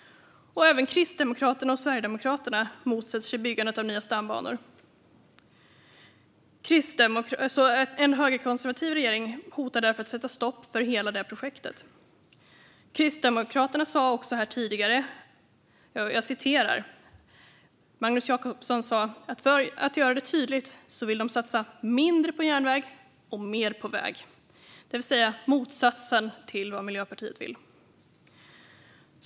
Även Kristdemokraterna och Sverigedemokraterna motsätter sig byggandet av nya stambanor. En högerkonservativ regering hotar därför att sätta stopp för hela projektet. Tidigare sa dessutom kristdemokraten Magnus Jacobsson att för att göra det tydligt vill de satsa mindre på järnväg och mer på väg, det vill säga motsatsen till vad Miljöpartiet vill.